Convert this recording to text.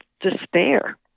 despair